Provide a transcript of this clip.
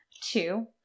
Two